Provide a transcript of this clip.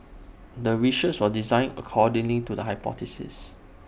the research was designed accordingly to the hypothesis